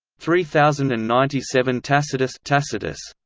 three thousand and ninety seven tacitus tacitus